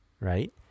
right